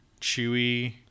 chewy